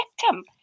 victim